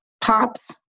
pops